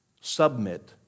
submit